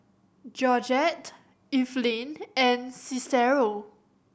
Georgette Eveline and Cicero